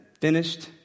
finished